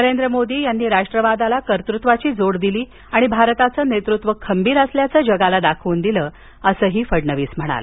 नरेंद्र मोदी यांनी राष्ट्रवादाला कर्तत्वाची जोड दिली आणि भारताचं नेतृत्व खंबीर असल्याचं जगाला दाखवून दिलं असं ते म्हणाले